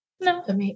No